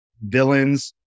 villains